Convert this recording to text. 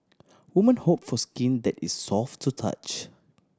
woman hope for skin that is soft to touch